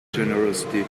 generosity